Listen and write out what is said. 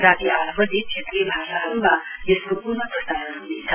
राती आठ वजी क्षेत्रीय भाषाहरुमा यसको पुन् प्रसारण ह्नेछ